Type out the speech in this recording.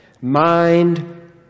mind